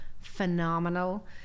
phenomenal